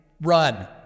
run